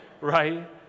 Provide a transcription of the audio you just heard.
right